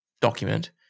document